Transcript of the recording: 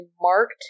marked